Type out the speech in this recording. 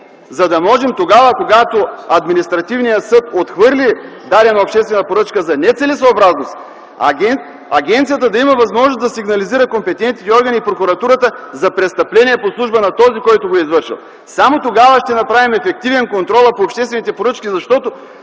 За да може когато административният съд отхвърли дадена обществена поръчка за нецелесъобразност, агенцията да има възможност да сигнализира компетентните органи, Прокуратурата за престъпление по служба на този, който го е извършил. Само тогава ще направим ефективен контрола по обществените поръчки. В този